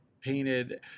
painted